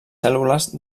cèl·lules